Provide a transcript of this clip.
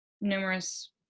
numerous